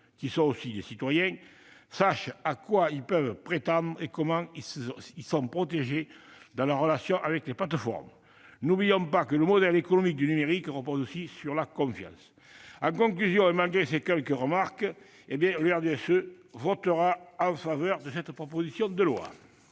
qui sont aussi des citoyens, sachent à quoi ils peuvent prétendre et comment ils sont protégés dans le cadre de leurs relations avec les plateformes. N'oublions pas que le modèle économique du numérique repose aussi sur la confiance. Cela étant, le RDSE votera en faveur de cette proposition de loi.